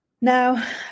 Now